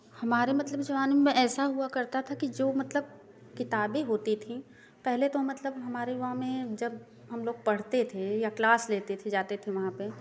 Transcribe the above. हमारे मतलब जवानी में ऐसा हुआ करता था कि जो मतलब किताबें होती थीं पहले तो मतलब हमारे वहाँ में जब हम लोग पढ़ते थे या क्लास लेते थे जाते थे वहाँ पर